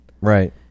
Right